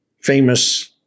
Famous